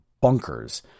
bunkers